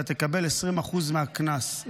אתה תקבל 20% מהקנס,